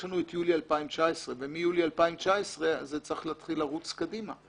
יש לנו את יולי 2019. ומיולי 2019 אז צריך להתחיל לרוץ קדימה.